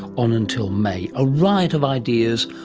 on until may, a riot of ideas,